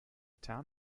town